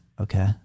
okay